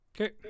Okay